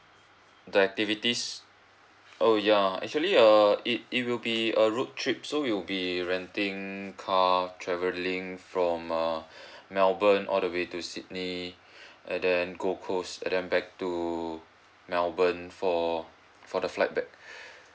the activities oh ya actually err it it will be a road trip so we'll be renting car travelling from err melbourne all the way to sydney and then gold coast and then back to melbourne for for the flight back